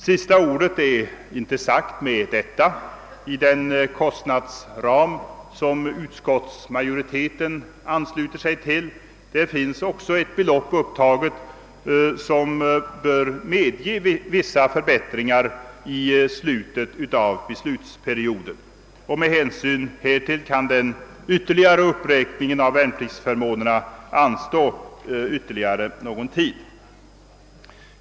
Sista ordet är därmed inte sagt. Den kostnadsram som <utskottsmajoriteten anslutit sig till medger också vissa förbättringar i slutet av den period som beslutet avser. Med hänsyn härtill kan ytterligare uppräkning av värnpliktsförmånerna anstå ytterligare någon tid.